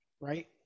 right